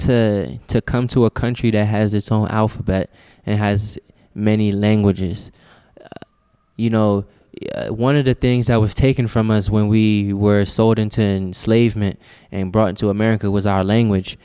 to come to a country to has its own alphabet and it has many languages you know one of the things that was taken from us when we were sold into slave meant and brought to america was our language